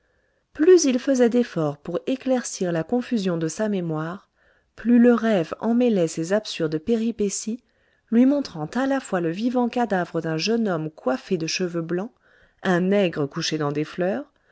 plus il faisait d'efforts pour éclaircir la confusion de sa mémoire plus le rêve emmêlait ses absurdes péripéties lui montrant à la fois le vivant cadavre d'un jeune homme coiffée de cheveux blancs un nègre couché dans des fleurs